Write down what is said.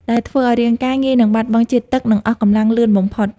ដែលធ្វើឱ្យរាងកាយងាយនឹងបាត់បង់ជាតិទឹក និងអស់កម្លាំងលឿនបំផុត។